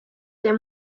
der